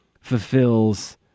fulfills